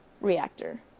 reactor